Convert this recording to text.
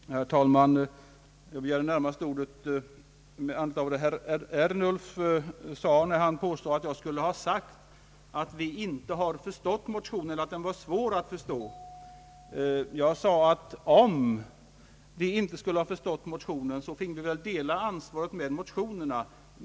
Herr talman! Jag begärde ordet närmast med anledning av herr Ernulfs påstående att jag skulle ha sagt att vi inte förstått motionen. Jag sade att om vi inte skulle ha förstått motionen, så finge vi väl dela ansvaret med motionärerna.